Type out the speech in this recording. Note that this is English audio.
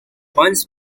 once